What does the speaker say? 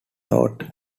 touted